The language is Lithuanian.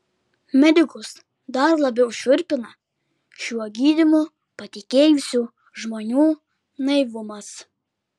medikus dar labiau šiurpina šiuo gydymu patikėjusių žmonių naivumas